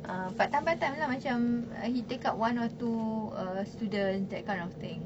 uh part time part time lah macam uh he take up one or two uh students that kind of thing